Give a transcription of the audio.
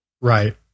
Right